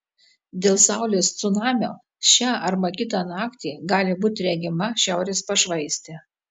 dėl saulės cunamio šią arba kitą naktį gali būti regima šiaurės pašvaistė